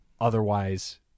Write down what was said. Otherwise